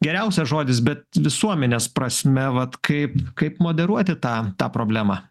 geriausias žodis bet visuomenės prasme vat kaip kaip moderuoti tą tą problemą